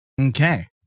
okay